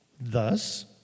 Thus